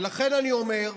ולכן אני אומר,